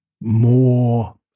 more